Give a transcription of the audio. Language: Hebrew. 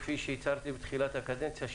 כפי שהצהרתי בתחילת הקדנציה,